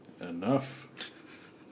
enough